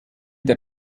der